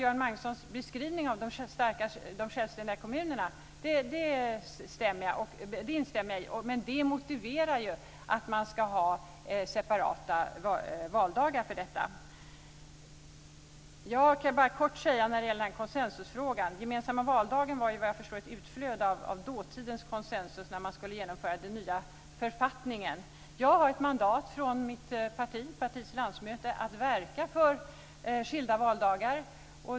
Göran Magnussons beskrivning av hur det är i kommunerna instämmer jag i men det motiverar separata valdagar. När det gäller konsensusfrågan ska jag fatta mig kort. Den gemensamma valdagen var, såvitt jag förstår, ett utflöde av dåtidens konsensus när man skulle genomföra den nya författningen. Partiets landsmöte har gett mig mandat att verka för skilda valdagar.